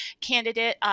candidate